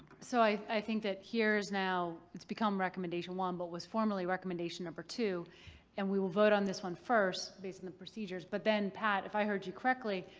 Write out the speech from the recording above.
so i i think that here is now. it's become recommendation one, but was formally recommendation number two and we will vote on this one first based on the procedures, but then pat, if i heard you correctly,